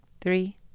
three